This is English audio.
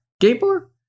Gabor